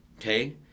Okay